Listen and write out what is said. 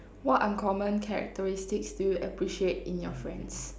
what uncommon characteristics do you appreciate in your friends